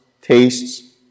tastes